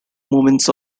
movements